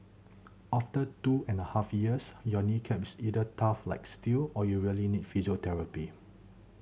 after two and a half years your knee cap is either tough like steel or you really need physiotherapy